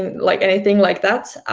and like anything like that,